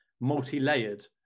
multi-layered